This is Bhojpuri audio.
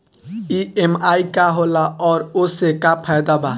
ई.एम.आई का होला और ओसे का फायदा बा?